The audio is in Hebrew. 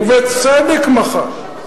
ובצדק מחה.